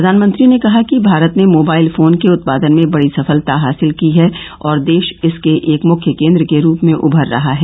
प्रधानमंत्री ने कहा कि भारत ने मोबाइल फोन के उत्पादन में बडी सफलता हासिल की है और देश इसके एक मुख्य केन्द्र के रूप में उभर रहा है